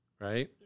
Right